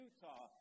Utah